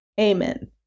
amen